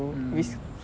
mm